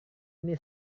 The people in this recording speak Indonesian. ini